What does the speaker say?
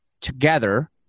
together